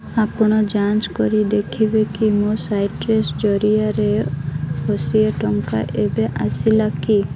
ଆପଣ ଯାଞ୍ଚ କରି ଦେଖିବେକି ମୋ ସାଇଟ୍ରସ୍ ଜରିଆରେ ଆଠଶହ ଟଙ୍କା ଏବେ ଆସିଲାକି